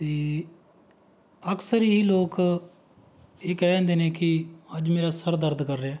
ਅਤੇ ਅਕਸਰ ਇਹੀ ਲੋਕ ਇਹ ਕਹਿ ਦਿੰਦੇ ਨੇ ਕਿ ਅੱਜ ਮੇਰਾ ਸਿਰ ਦਰਦ ਕਰ ਰਿਹਾ